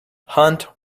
hunt